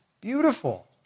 beautiful